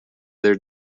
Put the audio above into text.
their